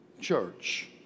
church